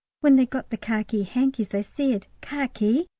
when they got the khaki hankies they said, khaki?